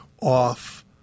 off